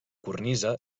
cornisa